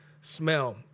smell